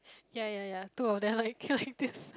ya ya ya two of them like can like this